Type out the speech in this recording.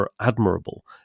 admirable